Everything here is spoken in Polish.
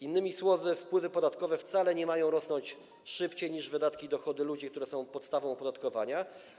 Innymi słowy, wpływy podatkowe wcale nie mają rosnąć szybciej niż wydatki i dochody ludzi, które są podstawą opodatkowania.